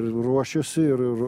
ir ruošiuosi ir